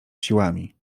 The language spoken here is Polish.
siłami